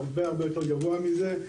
זה הרבה יותר גבוה מזה.